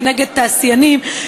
כנגד תעשיינים,